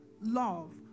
love